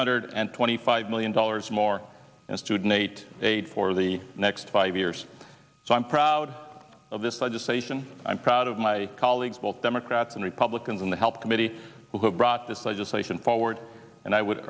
hundred and twenty five million dollars more in student eight aid for the next five years so i'm proud of this legislation i'm proud of my colleagues both democrats and republicans in the health committee who have brought this legislation forward and i would